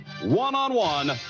one-on-one